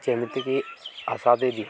ଯେମିତିକି ଆଶା ଦିଦି